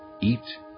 eat